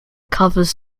covers